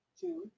two